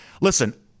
listen